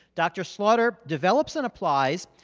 dr. slaughter develops and applies,